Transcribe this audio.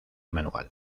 manual